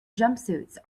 jumpsuits